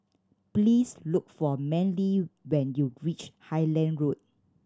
please look for Manly when you reach Highland Road